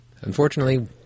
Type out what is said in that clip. Unfortunately